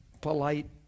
polite